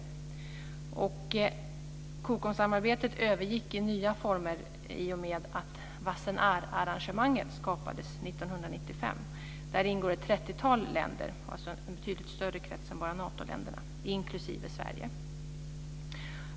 COCOM-samarbetet övergick i nya former i och med att Wassenaararrangemanget skapades 1995. Där ingår ett trettiotal länder, alltså en betydligt större krets än bara Natoländerna, inklusive Sverige.